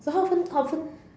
so how often how often